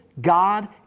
God